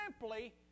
simply